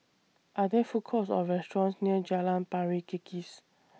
Are There Food Courts Or restaurants near Jalan Pari Kikis